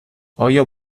آیا